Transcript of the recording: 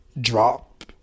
drop